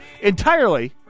entirely